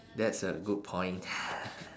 that's a good point